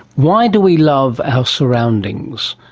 why do we love our surroundings,